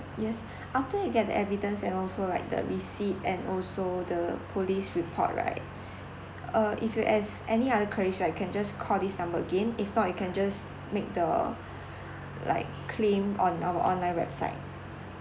yes after you get the evidence and also like the receipt and also the police report right uh if you have any other crash right you can just call this number again if not you can just make the like claim on our online website